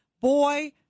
boy